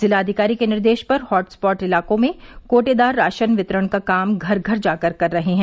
जिलाधिकारी के निर्देश पर हॉटस्पॉट इलाकों में कोटेदार राशन वितरण का काम घर घर जाकर कर रहे हैं